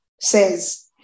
says